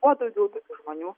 kuo daugiau tokių žmonių